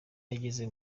yageze